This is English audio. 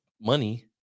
money